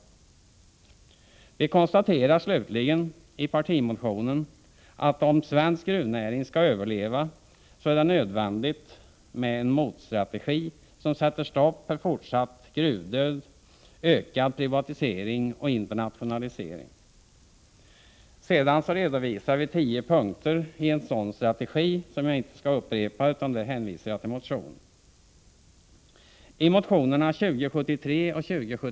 Vi konstaterar slutligen i partimotionen, att om svensk gruvnäring skall överleva är det nödvändigt med en motstrategi som sätter stopp för fortsatt gruvdöd, ökad privatisering och internationalisering. Sedan redovisas tio punkter i en sådan strategi som jag inte skall upprepa, utan jag hänvisar här till motionen.